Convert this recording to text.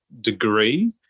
degree